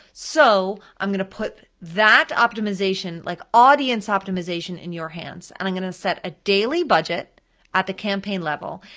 so i'm gonna put that optimization, like audience optimization in your hands, and i'm gonna set a daily budget at the campaign level,